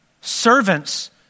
Servants